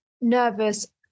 nervous